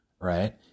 right